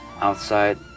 outside